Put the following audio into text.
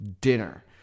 dinner